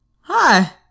Hi